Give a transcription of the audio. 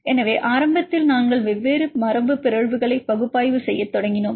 எனவே ஆரம்பத்தில் நாங்கள் வெவ்வேறு மரபுபிறழ்வுகளை பகுப்பாய்வு செய்யத் தொடங்கினோம்